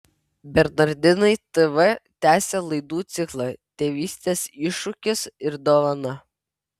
bernardinai tv tęsia laidų ciklą tėvystės iššūkis ir dovana